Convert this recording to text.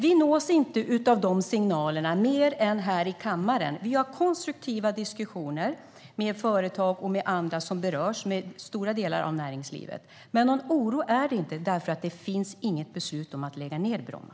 Vi nås inte av de signalerna mer än här i kammaren. Vi har konstruktiva diskussioner med företag och med andra som berörs i stora delar av näringslivet. Men någon oro är det inte, för det finns inget beslut om att lägga ned Bromma.